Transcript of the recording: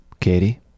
Katie